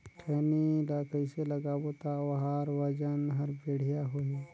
खैनी ला कइसे लगाबो ता ओहार वजन हर बेडिया होही?